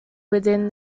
within